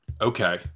Okay